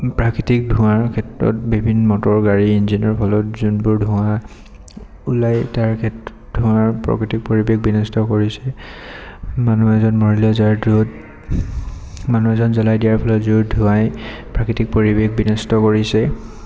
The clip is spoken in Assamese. প্ৰাকৃতিক ধোঁৱাৰ ক্ষেত্ৰত বিভিন্ন মটৰগাড়ী ইঞ্জিনৰ ফলত যোনবোৰ ধোঁৱা ওলাই তাৰ ক্ষেত্ৰত ধোঁৱাৰ প্ৰাকৃতিক পৰিৱেশ বিনষ্ট কৰিছে মানুহ এজন মৰিলা যাৰ দেহত মানুহ এজন জ্বলাই দিয়াৰ ফলত জুইৰ ধোঁৱাই প্ৰাকৃতিক পৰিৱেশ বিনষ্ট কৰিছে